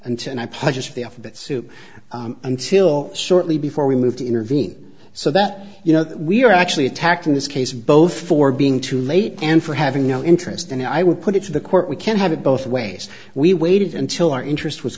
alphabet soup until shortly before we moved to intervene so that you know we're actually attacked in this case both for being too late and for having no interest and i would put it to the court we can't have it both ways we waited until our interest was